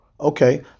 okay